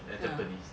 ya